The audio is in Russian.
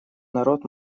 народ